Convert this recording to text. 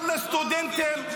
-- זה עבר לסטודנטים,